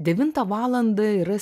devintą valandą yra